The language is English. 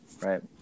right